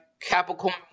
Capricorn